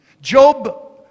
Job